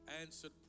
answered